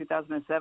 2007